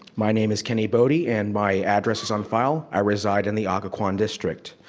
my name is kenny bodhi, and my address is on file. i reside in the occoquan district.